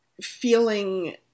feeling